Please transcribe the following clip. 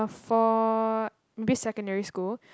ah for maybe secondary school